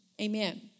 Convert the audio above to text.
Amen